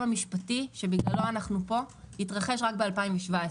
המשפטי שבגללו אנחנו פה התרחש רק ב-2017.